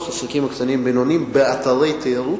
העסקים הקטנים והבינוניים באתרי תיירות,